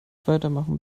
weitermachen